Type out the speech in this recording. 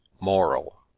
Moral